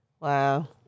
Wow